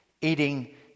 eating